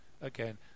again